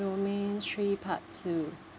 domain three part two